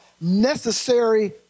necessary